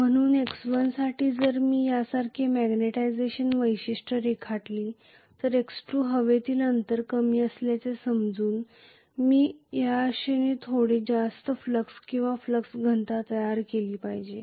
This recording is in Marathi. म्हणून x1 साठी जर मी यासारखे मॅग्नेटायझेशन वैशिष्ट्य रेखाटले तर x2 हवेतील अंतर कमी असल्याचे समजून मी आशेने थोडी जास्त फ्लक्स किंवा फ्लक्स घनता तयार केली पाहिजे